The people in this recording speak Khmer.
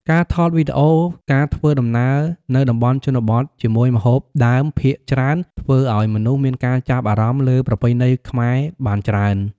ការថតវីដេអូការធ្វើដំណើរនៅតំបន់ជនបទជាមួយម្ហូបដើមភាគច្រើនធ្វើឲ្យមនុស្សមានការចាប់អារម្មណ៍លើប្រពៃណីខ្មែរបានច្រើន។